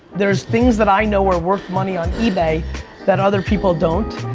there's things that i know are worth money on ebay that other people don't